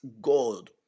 God